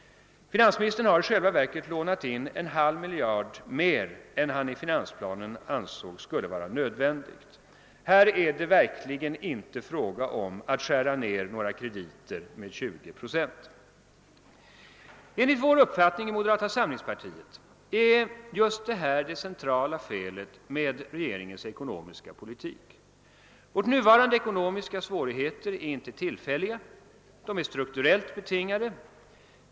Finansministern har i själva verket lånat in en halv miljard kronor mer än han i finansplanen ansåg skulle vara nödvändigt. Här är det verkligen inte fråga om att skära ner några krediter med 20 procent! Enligt vår uppfattning inom moderata samlingspartiet är just detta det centrala felet med regeringens ekonomiska politik. De nuvarande ekonomiska svårigheterna är inte tillfälliga — de är strukturellt betingade.